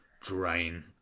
drain